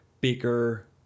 bigger